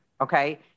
okay